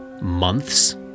months